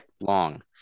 long